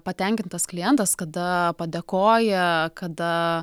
patenkintas klientas kada padėkoja kada